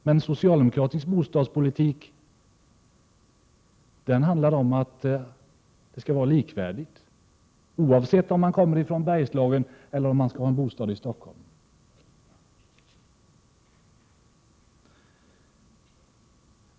Men socialdemokratisk bostadspolitik handlar om att man skall ha likvärdiga villkor i Bergslagen och i Stockholm.